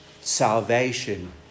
Salvation